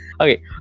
Okay